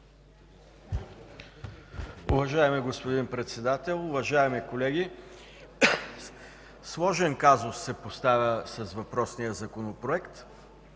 Уважаеми господин Председател, уважаеми колеги, сложен казус се поставя с въпросния Законопроект.